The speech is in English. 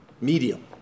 medium